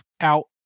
out